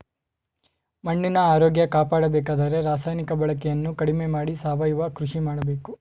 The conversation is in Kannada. ಮಣ್ಣಿನ ಆರೋಗ್ಯ ಕಾಪಾಡಬೇಕಾದರೆ ರಾಸಾಯನಿಕ ಬಳಕೆಯನ್ನು ಕಡಿಮೆ ಮಾಡಿ ಸಾವಯವ ಕೃಷಿ ಮಾಡಬೇಕು